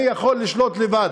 אני יכול לשלוט לבד.